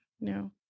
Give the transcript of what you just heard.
no